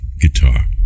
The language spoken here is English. guitar